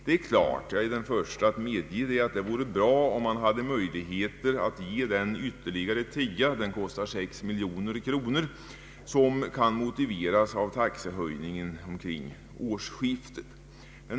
Det är klart, jag är den förste att medge detta, att det vore bra om möjlighet fanns att höja resetillägget med 10 kronor — det skulle kosta 6 miljoner kronor — vilket kan motiveras av taxehöjningen omkring årsskiftet.